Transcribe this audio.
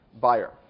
buyer